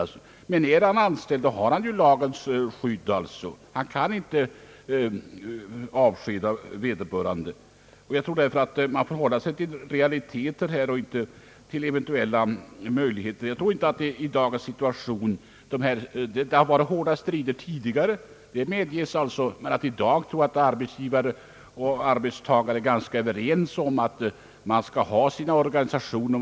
är Andersson anställd, har han lagens skydd och kan inte bli avskedad. Jag anser således att vi bör hålla oss till realiteterna i detta fall. Jag medger att det har varit hårda strider tidigare, men jag tror att arbetsgivare och arbetstagare i dag är överens om att man skall ha sina organisationer.